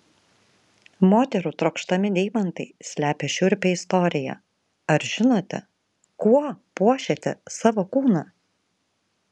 moterų trokštami deimantai slepia šiurpią istoriją ar žinote kuo puošiate savo kūną